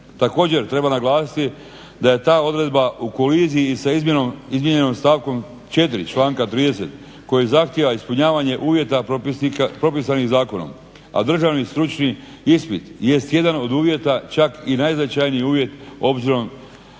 Također treba naglasiti da je ta odredba u koliziji i sa izmijenjenom stavkom 4. članka 30. koji zahtjeva ispunjavanje uvjeta propisanih zakonom a državni stručni ispit jest jedan od uvjeta čak i najznačajniji uvjet obzirom da